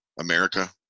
america